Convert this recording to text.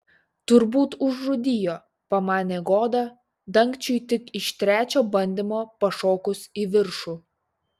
turbūt užrūdijo pamanė goda dangčiui tik iš trečio bandymo pašokus į viršų